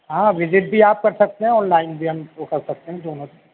ہاں وزٹ بھی آپ کر سکتے ہیں آن لائن بھی ہم وہ کر سکتے ہیں دونوں بھی